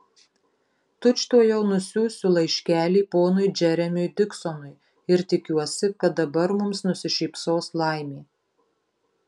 tučtuojau nusiųsiu laiškelį ponui džeremiui diksonui ir tikiuosi kad dabar mums nusišypsos laimė